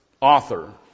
author